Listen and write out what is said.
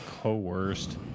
coerced